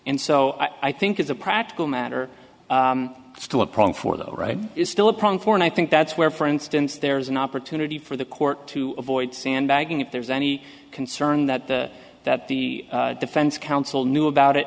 and so i think as a practical matter still a problem for the right is still a problem for and i think that's where for instance there is an opportunity for the court to avoid sandbagging if there's any concern that that the defense counsel knew about it